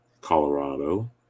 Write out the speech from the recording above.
Colorado